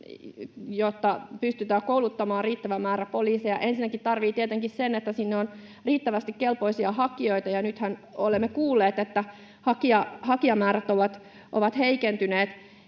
että pystytään kouluttamaan riittävä määrä poliiseja, ensinnäkin tarvitsee tietenkin sen, että sinne on riittävästi kelpoisia hakijoita, ja nythän olemme kuulleet, että hakijamäärät ovat heikentyneet.